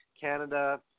Canada